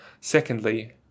Secondly